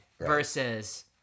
versus